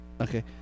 Okay